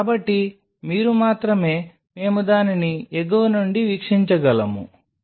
కాబట్టి మీరు మాత్రమే మేము దానిని ఎగువ నుండి వీక్షించగలము